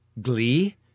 glee